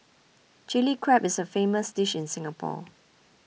Chilli Crab is a famous dish in Singapore